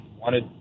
wanted